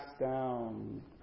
Down